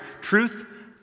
truth